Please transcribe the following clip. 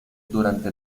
durante